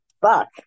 Fuck